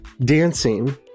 dancing